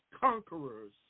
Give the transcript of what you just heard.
conquerors